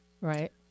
Right